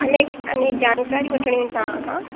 अनेक अनेक जानकारी वठिणी हुई तव्हांखां